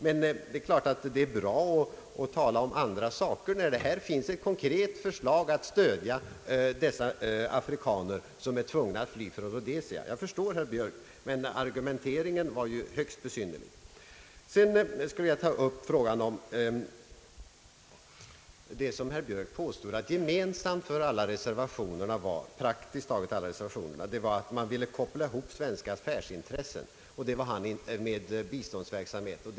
Men det är klart att det är bra att tala om andra saker, när det finns ett konkret förslag som man inte vill stödja om att stödja de afrikaner som är tvungna att fly från Rhodesia! Jag förstår herr Björk, men argumenteringen var högst besynnerlig. Vidare vill jag ta upp frågan om det som herr Björk påstod är gemensamt för praktiskt taget alla reservationerna, nämligen att man ville koppla ihop »svenska affärsintressen» med biståndsverksamheten.